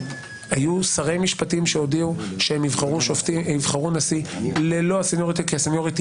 הוא רוצה שיהיו פה אנשים שמדברים כדי לסמן וי,